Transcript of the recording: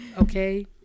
Okay